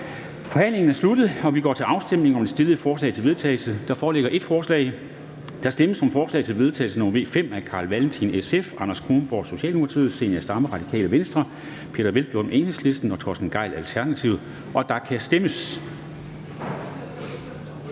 Forhandlingen er sluttet, og vi går til afstemning om det stillede forslag til vedtagelse. Der foreligger ét forslag. Der stemmes om forslag til vedtagelse nr. V 5 af Carl Valentin (SF), Anders Kronborg (S), Zenia Stampe (RV), Peder Hvelplund (EL) og Torsten Gejl (ALT), og der kan stemmes.